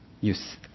use